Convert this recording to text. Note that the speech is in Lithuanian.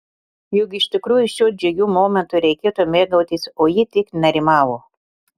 juk iš tikrųjų šiuo džiugiu momentu reikėtų mėgautis o ji tik nerimavo